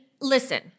listen